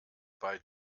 bei